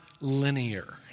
linear